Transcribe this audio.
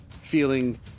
feeling